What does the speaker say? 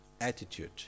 attitude